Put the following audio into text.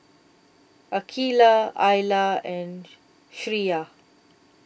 Aqeelah Alya and Syirah